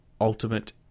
ultimate